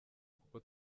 kuko